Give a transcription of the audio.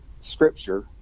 Scripture